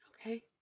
okay